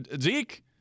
Zeke